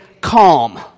calm